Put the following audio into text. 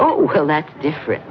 oh well that's different